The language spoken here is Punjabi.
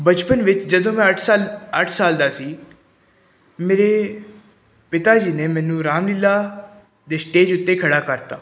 ਬਚਪਨ ਵਿੱਚ ਜਦੋਂ ਮੈਂ ਅੱਠ ਸਾਲ ਅੱਠ ਸਾਲ ਦਾ ਸੀ ਮੇਰੇ ਪਿਤਾ ਜੀ ਨੇ ਮੈਨੂੰ ਰਾਮ ਲੀਲਾ ਦੇ ਸਟੇਜ ਉੱਤੇ ਖੜਾ ਕਰਤਾ